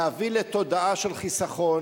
להביא לתודעה של חיסכון,